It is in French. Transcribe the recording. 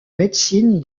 médecine